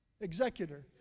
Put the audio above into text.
executor